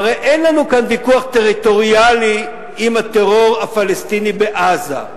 כבר אין לנו כאן ויכוח טריטוריאלי עם הטרור הפלסטיני בעזה.